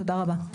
תודה רבה.